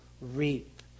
reap